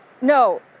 No